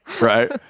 right